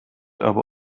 aber